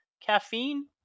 caffeine